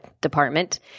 department